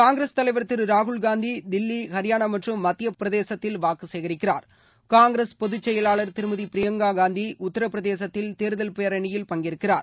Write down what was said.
காங்கிரஸ் தலைவர் ராகுல் காந்தி தில்வி ஹரியானா மற்றும் மத்திய பிரதேசத்தில் வாக்கு சேகரிக்கிறார் காங்கிரஸ் பொதுச் செயலாளர் திருமதி பிரியங்கா காந்தி உத்தரப்பிரதேசத்தில் தேர்தல் பேரணியில் பங்கேற்கிறார்